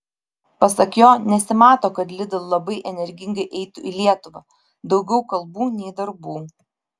pasak jo nesimato kad lidl labai energingai eitų į lietuvą daugiau kalbų nei darbų